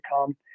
come